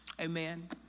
amen